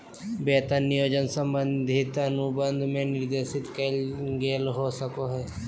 वेतन नियोजन संबंधी अनुबंध में निर्देशित कइल गेल हो सको हइ